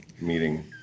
meeting